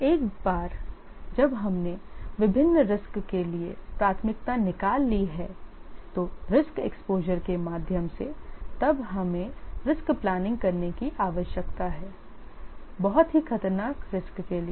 और एक बार जब हमने विभिन्न risks के लिए प्राथमिकता निकाल ली है risk exposure के माध्यम से तब हमें रिस्क प्लानिंग करने की आवश्यकता है बहुत ही खतरनाक रिस्क के लिए